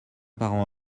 parent